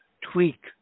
tweak